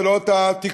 ולא את התיקון.